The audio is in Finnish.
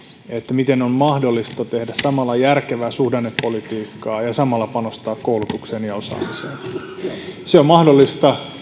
miten on mahdollista tehdä järkevää suhdannepolitiikkaa ja samalla panostaa koulutukseen ja osaamiseen se on mahdollista